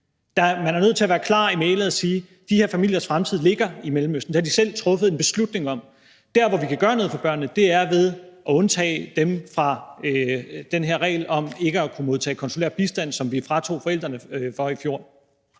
Man er nødt til at være klar i mælet og sige: De her familiers fremtid ligger i Mellemøsten; det har de selv truffet en beslutning om. Der, hvor vi kan gøre noget for børnene, er ved at undtage dem fra den her regel om ikke at kunne modtage konsulær bistand, som vi fratog forældrene i fjor.